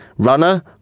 Runner